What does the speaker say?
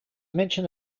mention